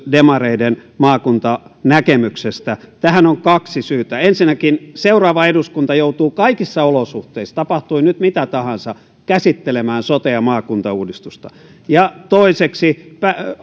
demareiden maakuntanäkemyksestä tähän on kaksi syytä ensinnäkin seuraava eduskunta joutuu kaikissa olosuhteissa tapahtui nyt mitä tahansa käsittelemään sote ja maakuntauudistusta ja toiseksi